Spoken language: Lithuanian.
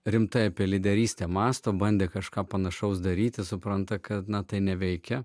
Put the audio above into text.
rimtai apie lyderystę mąsto bandė kažką panašaus daryti supranta kad na tai neveikia